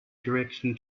direction